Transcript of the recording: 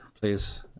please